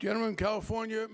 general in california